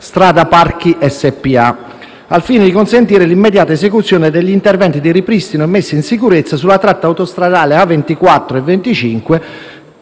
Strada parchi SpA, al fine di consentire l'immediata esecuzione degli interventi di ripristino e messa in sicurezza sulla tratta autostradale A24 e A25,